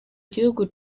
gihugu